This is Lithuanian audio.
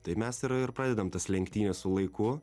tai mes ir ir pradedam tas lenktynes su laiku